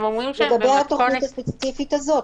הם אומרים שהם במתכונת --- לגבי התוכנית הספציפית הזאת,